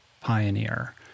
pioneer